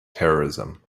terrorism